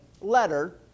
letter